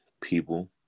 people